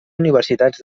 universitats